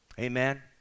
Amen